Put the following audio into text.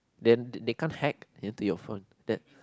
then they can't hack into your phone that